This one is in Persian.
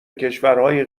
کشورهای